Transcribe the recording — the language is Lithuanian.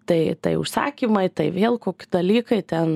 tai tai užsakymai tai vėl koki dalykai ten